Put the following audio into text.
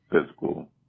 physical